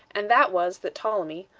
and that was, that ptolemy,